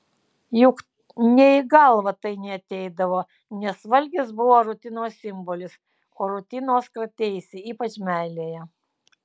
juk nė į galvą tai neateidavo nes valgis buvo rutinos simbolis o rutinos krateisi ypač meilėje